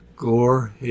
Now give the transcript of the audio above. Gore